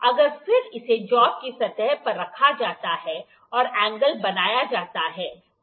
अब फिर इसे जॉब की सतह पर रखा जाता है और एंगल बनाया जाता है